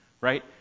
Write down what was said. right